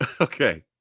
Okay